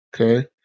okay